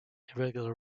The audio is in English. irregular